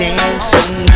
Dancing